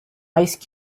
ice